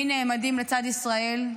מי נעמדים לצד ישראל,